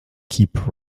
keep